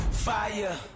Fire